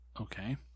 Okay